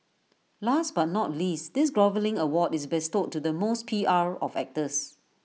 last but not least this groveling award is bestowed to the most P R of actors